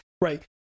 right